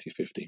2050